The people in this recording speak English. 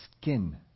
skin